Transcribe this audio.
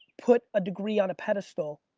put a degree on a pedestal,